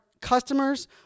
customers